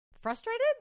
frustrated